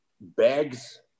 bags